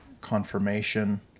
confirmation